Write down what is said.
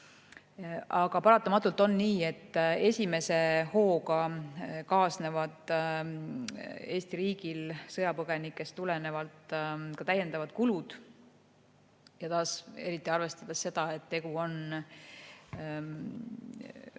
Aga paratamatult on nii, et esimese hooga kaasnevad Eesti riigile sõjapõgenikest tulenevalt täiendavad kulud, eriti arvestades seda, et tegu on umbes